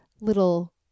little